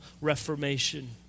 reformation